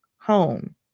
home